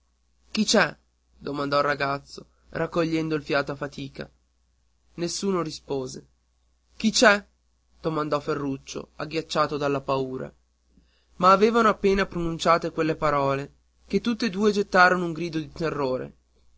chi c'è domandò il ragazzo raccogliendo il fiato a fatica nessuno rispose chi c'è ridomandò ferruccio agghiacciato dalla paura ma aveva appena pronunciato quelle parole che tutt'e due gettarono un grido di terrore